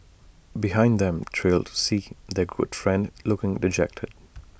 behind them trailed C their good friend looking dejected